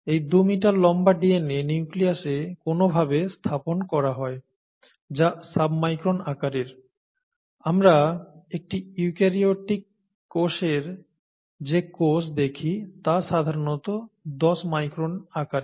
এই 2 মিটার লম্বা DNA নিউক্লিয়াসে কোনভাবে স্থাপন করা হয় যা সাব মাইক্রন আকারের আমরা একটি ইউক্যারিওটিক কোষের যে কোষ ব্যাকটেরিয়া দেখি তা সাধারণত 10 মাইক্রন আকারের